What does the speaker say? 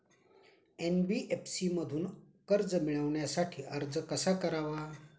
NBFC मधून कर्ज मिळवण्यासाठी अर्ज कसा करावा?